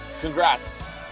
congrats